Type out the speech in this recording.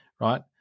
right